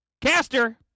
caster